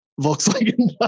Volkswagen